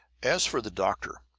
as for the doctor,